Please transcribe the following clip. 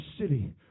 city